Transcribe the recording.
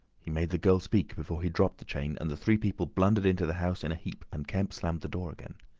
he made the girl speak before he dropped the chain, and the three people blundered into the house in a heap, and kemp slammed the door again.